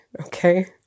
okay